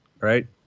right